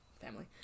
family